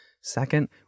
Second